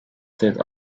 state